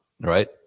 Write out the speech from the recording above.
right